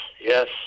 yes